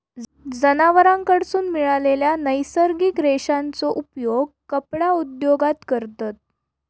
जनावरांकडसून मिळालेल्या नैसर्गिक रेशांचो उपयोग कपडा उद्योगात करतत